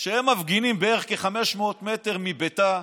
שהם מפגינים בערך כ-500 מטר מביתה.